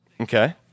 Okay